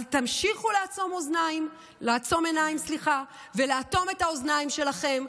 אז תמשיכו לעצום עיניים ולאטום את האוזניים שלכם.